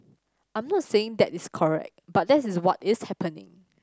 I'm not saying that is correct but that is what is happening